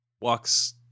walks